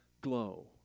glow